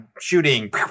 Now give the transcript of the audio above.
shooting